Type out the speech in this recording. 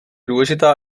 důležitá